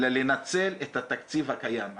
אלא לנצל את התקציב הקיים.